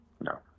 No